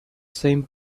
same